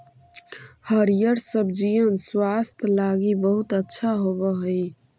हरिअर सब्जिअन स्वास्थ्य लागी बहुत अच्छा होब हई